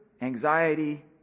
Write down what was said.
anxiety